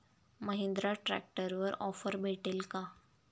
महिंद्रा ट्रॅक्टरवर ऑफर भेटेल का?